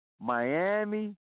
Miami